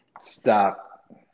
stop